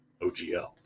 OGL